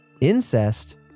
incest